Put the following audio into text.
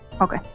Okay